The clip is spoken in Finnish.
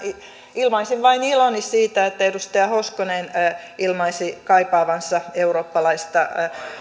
ilmaisin vain iloni siitä että edustaja hoskonen ilmaisi kaipaavansa eurooppalaista